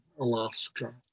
Alaska